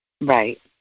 Right